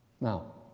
Now